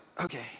okay